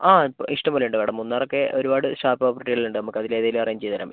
ആ ഇഷ്ടംപോലെ ഉണ്ട് മാഡം മൂന്നാർ ഒക്കെ ഒരുപാട് സ്റ്റാർ പ്രോപ്പർട്ടികൾ ഉണ്ട് നമുക്ക് അതിൽ ഏതെങ്കിലും അറേഞ്ച് ചെയ്തുതരാൻ പറ്റും